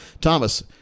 Thomas